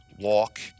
walk